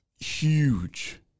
huge